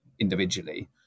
individually